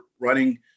running